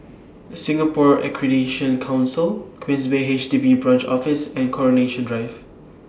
Singapore Accreditation Council Queensway H D B Branch Office and Coronation Drive